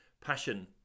passion